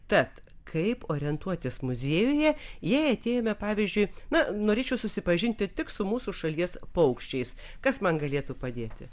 tad kaip orientuotis muziejuje jei atėjome pavyzdžiui na norėčiau susipažinti tik su mūsų šalies paukščiais kas man galėtų padėti